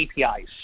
APIs